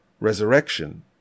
resurrection